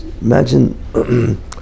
imagine